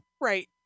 Right